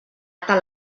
tal